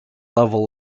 level